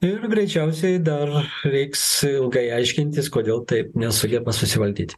ir greičiausiai dar reiks ilgai aiškintis kodėl taip nesugeba susivaldyt